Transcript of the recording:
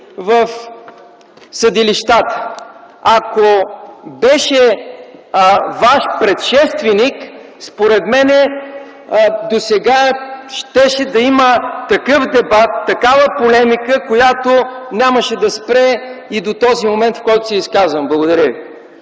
в съдилищата. Ако беше Вашият предшественик, според мен досега щеше да има такъв дебат, такава полемика, която нямаше да спре и до този момент, в който се изказвам. Благодаря ви.